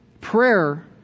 Prayer